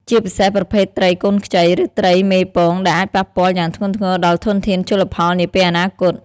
ជាពិសេសប្រភេទត្រីកូនខ្ចី ឬត្រីមេពង ដែលអាចប៉ះពាល់យ៉ាងធ្ងន់ធ្ងរដល់ធនធានជលផលនាពេលអនាគត។